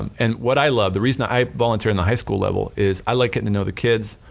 and what i love, the reason i volunteer in the high school level, is, i like getting to know the kids,